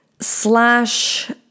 slash